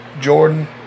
Jordan